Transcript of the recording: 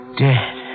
dead